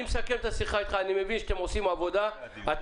מבין שאתם עושים עבודה.